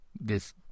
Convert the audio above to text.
this-